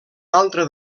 altre